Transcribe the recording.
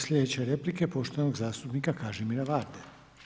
Sljedeća replika je poštovanog zastupnika Kažimira Varde.